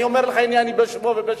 אני אומר לך בשמו ובשמי,